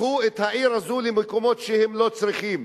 תיקחו את העיר הזאת למקומות שלא צריכים,